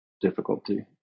difficulty